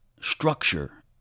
structure